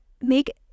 Make